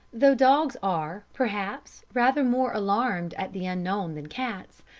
though dogs are, perhaps, rather more alarmed at the unknown than cats,